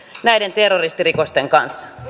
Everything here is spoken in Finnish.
näiden terroristirikosten kanssa